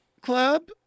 club